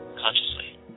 consciously